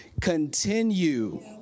Continue